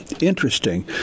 Interesting